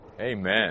Amen